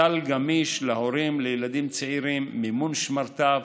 סל גמיש להורים לילדים צעירים: מימון שמרטף,